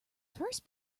first